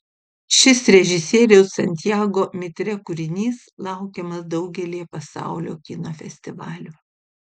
šis režisieriaus santiago mitre kūrinys laukiamas daugelyje pasaulio kino festivalių